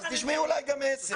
תשמעו אולי גם עשר פעמים.